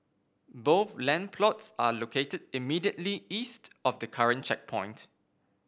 both land plots are located immediately east of the current checkpoint